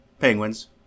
penguins